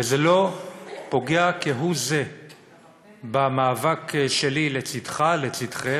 וזה לא פוגע כהוא-זה במאבק שלי לצדך, לצדכם,